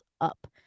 up